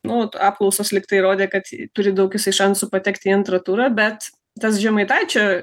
nu apklausos lygtai įrodė kad turi daug jisai šansų patekti į antrą turą bet tas žemaitaičio